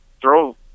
throw